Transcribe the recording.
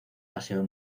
paseo